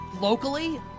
locally